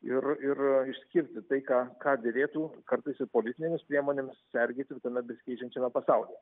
ir ir išskirti tai ką ką derėtų kartais ir politinėmis priemonėmis sergėti tame besikeičiančiame pasaulyje